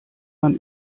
man